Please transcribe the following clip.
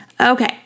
Okay